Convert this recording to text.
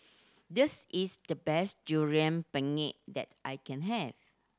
this is the best Durian Pengat that I can have